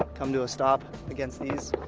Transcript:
ah come to a stop against this.